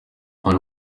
muri